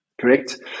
Correct